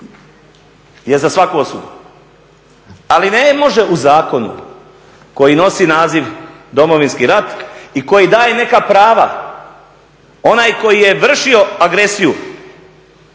je za svaku osudu, ali ne može u zakonu koji nosi naziv Domovinski rat i koji daje neka prava, onaj koji je vršio agresiju